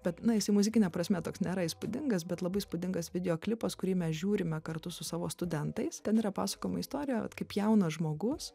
bet na jisai muzikine prasme toks nėra įspūdingas bet labai įspūdingas video klipas kurį mes žiūrime kartu su savo studentais ten yra pasakojama istorija vat kaip jaunas žmogus